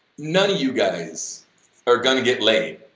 none of you guys are gonna get laid.